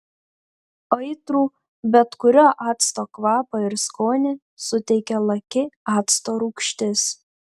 aitrų bet kurio acto kvapą ir skonį suteikia laki acto rūgštis